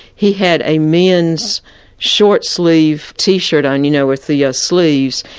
he had a man's short-sleeved t-shirt on, you know, with the ah sleeves.